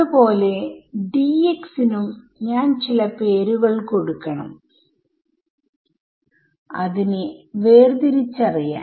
അത്പോലെ Dx നും ഞാൻ ചില പേരുകൾ കൊടുക്കണം അതിനെ വേർതിരിച്ചറിയാൻ